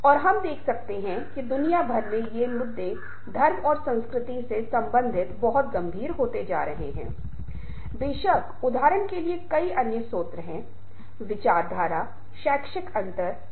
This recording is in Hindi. अब आप देखते हैं कि रचनात्मक होना एक प्रभावी तरीके से बदलाव का सामना करने की आपकी क्षमता को विकसित करने का एक तरीका है